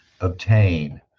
obtain